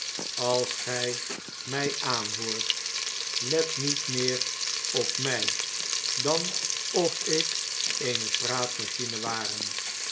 als gy mij aanhoort let niet meer op my dan of ik eene praat machine ware